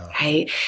right